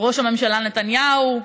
ראש הממשלה נתניהו,